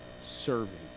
serving